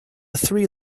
three